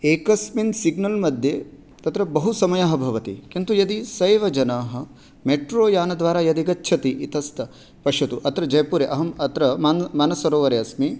एकस्मिन् सिग्नल् मध्ये तत्र बहुसमयः भवति किन्तु सः एव जनः मेट्रोयानद्वारा यदि गच्छति इतस्त पश्यतु अत्र जयपुरे अहम् अत्र मान् मानसरोवरे अस्मि